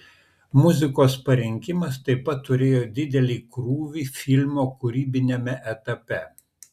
muzikos parinkimas taip pat turėjo didelį krūvį filmo kūrybiniame etape